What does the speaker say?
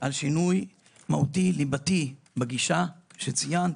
על שינוי מהותי ליבתי בגישה שציינת,